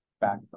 back